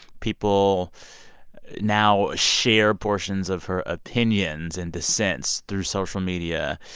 people now share portions of her opinions and dissents through social media.